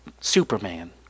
Superman